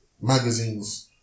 magazines